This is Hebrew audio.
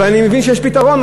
אבל אני מבין שיש פתרון.